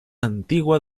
antigua